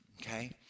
okay